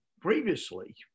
previously